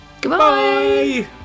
Goodbye